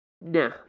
Nah